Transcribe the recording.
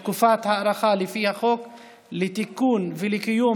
להאריך את תקופת ההארכה לפי חוק לתיקון ולקיום